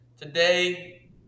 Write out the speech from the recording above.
today